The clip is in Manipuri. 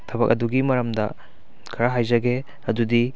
ꯊꯕꯛ ꯑꯗꯨꯒꯤ ꯃꯔꯝꯗ ꯈꯔ ꯍꯥꯏꯖꯒꯦ ꯑꯗꯨꯗꯤ